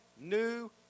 new